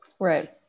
Right